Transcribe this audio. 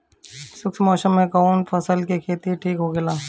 शुष्क मौसम में कउन फसल के खेती ठीक होखेला?